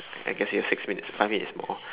I guess we have six minutes five minutes more